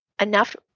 enough